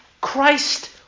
Christ